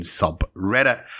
subreddit